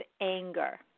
anger